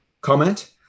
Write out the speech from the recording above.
comment